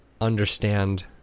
understand